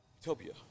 Utopia